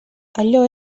allò